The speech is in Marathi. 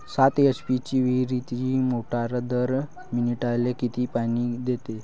सात एच.पी ची विहिरीतली मोटार दर मिनटाले किती पानी देते?